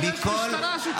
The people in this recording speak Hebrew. יש משטרה, שתחקור.